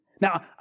now